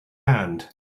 hand